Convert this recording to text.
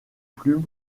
plumes